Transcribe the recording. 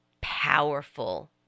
powerful